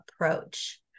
approach